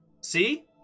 see